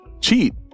cheat